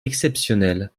exceptionnel